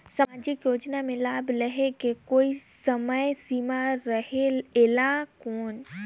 समाजिक योजना मे लाभ लहे के कोई समय सीमा रहे एला कौन?